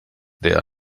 leer